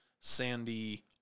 Sandy